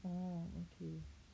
oh okay